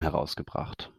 herausgebracht